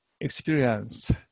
experience